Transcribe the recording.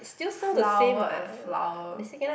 flower and flour